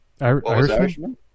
Irishman